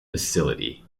facility